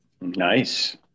Nice